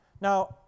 Now